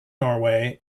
norway